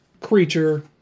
Creature